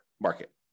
market